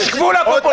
יש גבול לפופוליזם.